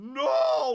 no